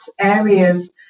areas